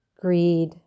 greed